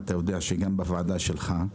אתה יודע שגם בוועדה שלך,